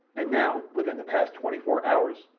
and now, within the past twenty-four hours,